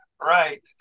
right